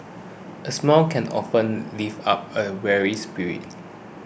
a smile can often lift up a weary spirit